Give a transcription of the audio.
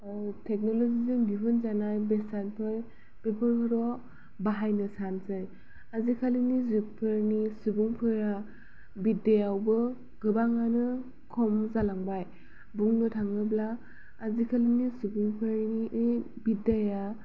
थेक्न'लजिजों दिहुनजानाय बेसादफोर बेफोरखौल' बाहायनो सानसै आजिखालिनि जुगफोरनि सुबुंफोरा बिद्यायावबो गोबाङानो खम जालांबाय बुंनो थाङोब्ला आजिखालिनि सुबुंफोरनि बिद्याया